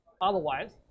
otherwise